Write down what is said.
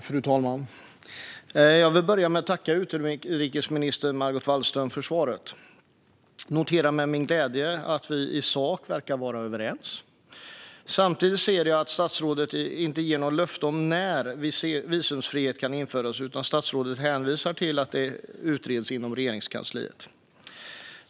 Fru talman! Jag vill börja med att tacka utrikesminister Margot Wallström för svaret. Jag noterar med glädje att vi i sak verkar vara överens. Samtidigt ser jag att statsrådet inte ger något löfte om när visumfrihet kan införas, utan statsrådet hänvisar till att det utreds inom Regeringskansliet.